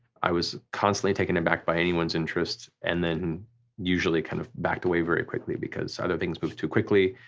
i was constantly taken aback by anyone's interests, and then usually kind of backed away very quickly because either things moved too quickly,